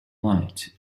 light